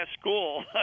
school